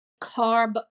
carb